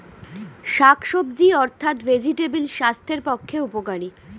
শাকসবজি অর্থাৎ ভেজিটেবল স্বাস্থ্যের পক্ষে উপকারী